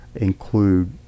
include